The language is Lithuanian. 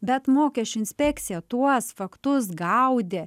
bet mokesčių inspekcija tuos faktus gaudė